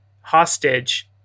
hostage